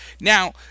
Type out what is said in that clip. Now